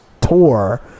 tour